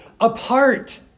apart